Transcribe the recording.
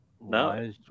No